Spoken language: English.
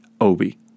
Obi